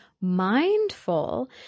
mindful